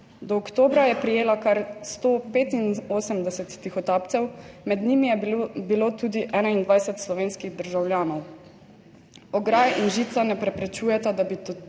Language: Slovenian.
Do oktobra je prijela kar 185 tihotapcev, med njimi je bilo tudi 21 slovenskih državljanov. Ograje in žica ne preprečujeta, da bi